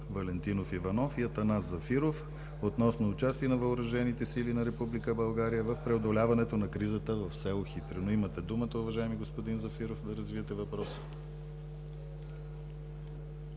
Валентинов Иванов и Атанас Зафиров, относно участие на въоръжените сили на Република България в преодоляването на кризата в село Хитрино. Имате думата, уважаеми господин Зафиров, да развиете въпроса.